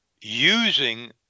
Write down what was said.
Using